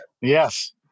Yes